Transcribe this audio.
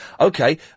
okay